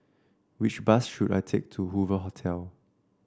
which bus should I take to Hoover Hotel